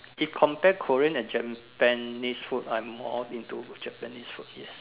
if compare Korean and Japanese food I'm more into Japanese food yes